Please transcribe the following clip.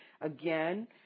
Again